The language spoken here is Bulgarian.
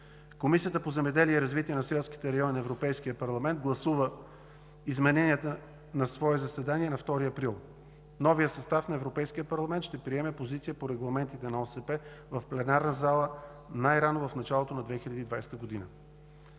Комисията по земеделие и развитие на селските райони на Европейския парламент гласува измененията на свое заседание на 2 април 2019 г. Новият състав на Европейския парламент ще приеме позиция по регламентите на Общата селскостопанска политика в пленарната зала най-рано в началото на 2020 г.